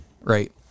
right